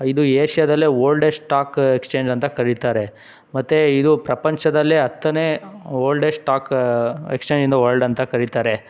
ಇದು ಏಷ್ಯದಲ್ಲೇ oldest stock exchange ಅಂತ ಕರೀತಾರೆ ಮತ್ತು ಇದು ಪ್ರಪಂಚದಲ್ಲೇ ಹತ್ತನೇ oldest stock exchange in the world ಅಂತ ಕರೀತಾರೆ